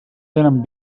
tenen